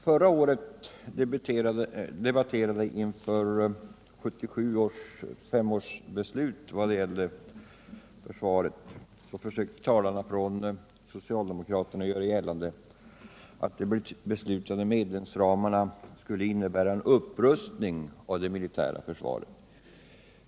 Herr talman! När vi förra året i riksdagen debatterade inför 1977 års försvarsbeslut försökte talare från socialdemokraterna göra gällande att de beslutade medelsramarna skulle innebära en upprustning av det militära försvaret.